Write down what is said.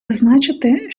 зазначити